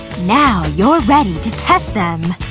now you're ready to test them